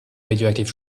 radioactive